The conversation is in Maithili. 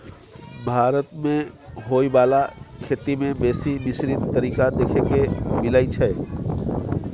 भारत मे होइ बाला खेती में बेसी मिश्रित तरीका देखे के मिलइ छै